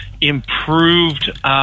improved